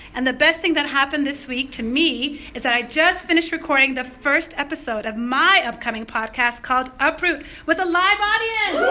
and the best thing that happened this week to me is that i just finished recording the first episode of my upcoming podcast called uproot with a live audience